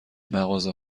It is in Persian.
مغازه